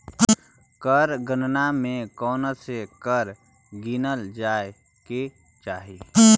कर गणना में कौनसे कर गिनल जाए के चाही